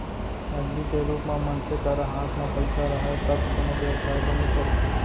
नगदी के रुप म मनसे करा हात म पइसा राहय तब कोनो बेवसाय बने चलथे